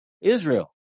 Israel